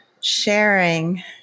sharing